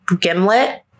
gimlet